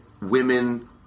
women –